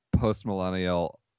post-millennial